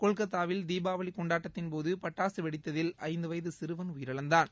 கொல்கத்தாவில் தீபாவளி கொண்டாட்டத்தின்போது பட்டாசு வெடித்ததில் ஐந்து வயது சிறுவன் உயிரிழந்தான்